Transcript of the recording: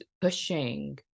pushing